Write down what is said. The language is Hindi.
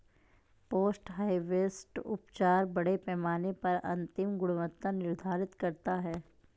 पोस्ट हार्वेस्ट उपचार बड़े पैमाने पर अंतिम गुणवत्ता निर्धारित करता है